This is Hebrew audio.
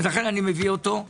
לכן אני מביא אותו.